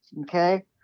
okay